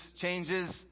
changes